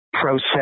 process